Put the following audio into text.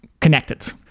connected